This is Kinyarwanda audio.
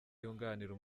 yunganira